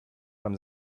from